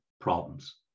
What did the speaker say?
problems